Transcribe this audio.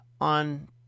on